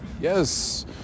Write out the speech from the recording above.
Yes